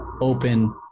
open